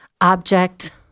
object